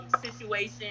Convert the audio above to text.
situation